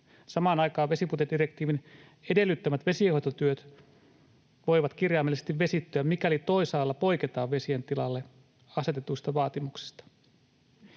Samaan aikaan vesipuitedirektiivin edellyttämät vesihoitotyöt voivat kirjaimellisesti vesittyä, mikäli toisaalla poiketaan vesien tilalle asetetuista vaatimuksista.